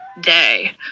day